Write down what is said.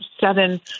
seven